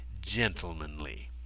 gentlemanly